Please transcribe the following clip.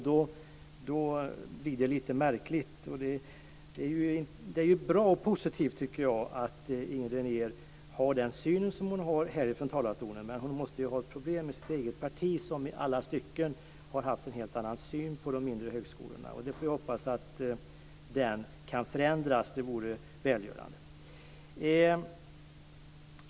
Då blir det här lite märkligt. Det är bra och positivt att Inger René har den syn som hon har här i talarstolen, men hon måste få problem i sitt eget parti som i alla stycken har haft en helt annan syn på de mindre högskolorna. Man får hoppas att den kan förändras. Det vore välgörande.